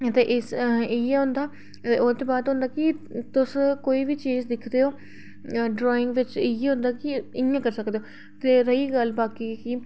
ते इस इ'यै होंदा ते ओह्दे बाद होंदा कि तुस कोई बी चीज़ दिखदे ओ ते ड्राइंग बिच इ'यै होई सकदा कि तुस इ'यां करी सकदे ओ ते रेही गल्ल बाकी की